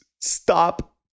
stop